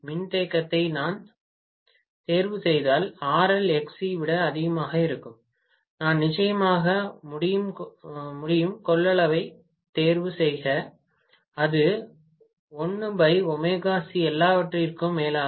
மின்தேக்கத்தை நான் தேர்வுசெய்தால் RL Xc விட அதிகமாக இருக்கும் நான் நிச்சயமாக முடியும் கொள்ளளவைத் தேர்வுசெய்க அது எல்லாவற்றிற்கும் மேலாக